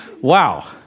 wow